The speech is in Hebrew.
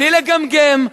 בלי לגמגם.